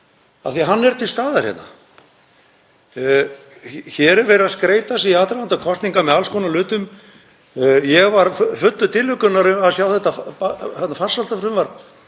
því að hann er til staðar hérna. Hér er verið að skreyta sig í aðdraganda kosninga með alls konar hlutum. Ég var fullur tilhlökkunar að sjá þetta farsældarfrumvarp